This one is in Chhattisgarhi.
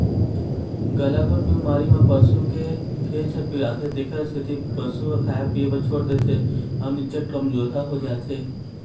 गलाघोंट बेमारी म पसू के घेंच ह पिराथे तेखर सेती पशु ह खाए पिए बर छोड़ देथे अउ निच्चट कमजोरहा हो जाथे